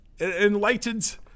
Enlightened